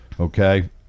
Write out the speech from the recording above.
Okay